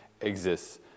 exists